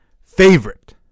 favorite